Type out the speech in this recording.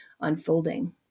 unfolding